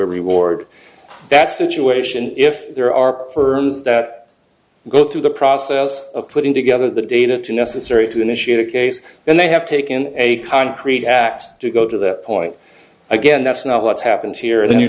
a reward that situation if there are firms that go through the process of putting together the data to necessary to initiate a case then they have taken a concrete act to go to that point again that's not what's happened here then you'